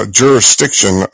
jurisdiction